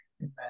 Amen